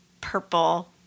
purple